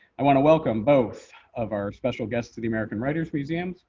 i want to welcome both of our special guests to the american writers museum.